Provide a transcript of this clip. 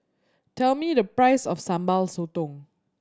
tell me the price of Sambal Sotong